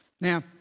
Now